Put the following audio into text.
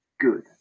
good